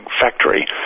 factory